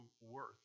worth